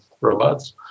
robots